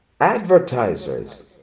Advertisers